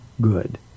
good